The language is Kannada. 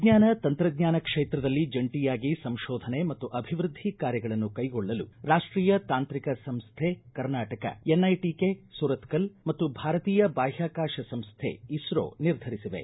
ವಿಜ್ಞಾನ ತಂತ್ರಜ್ಞಾನ ಕ್ಷೇತ್ರದಲ್ಲಿ ಜಂಟಿಯಾಗಿ ಸಂಶೋಧನೆ ಮತ್ತು ಅಭಿವೃದ್ದಿ ಕಾರ್ಯಗಳನ್ನು ಕೈಗೊಳ್ಳಲು ರಾಷ್ಟೀಯ ತಾಂತ್ರಿಕ ಸಂಸ್ಕೆ ಕರ್ನಾಟಕ ಎನ್ಐಟಕೆ ಸುರತ್ಕಲ್ ಮತ್ತು ಭಾರತೀಯ ಬಾಹ್ಕಾಕಾಶ ಸಂಸ್ಕೆ ಇಸ್ತೋ ನಿರ್ಧರಿಸಿವೆ